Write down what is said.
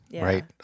Right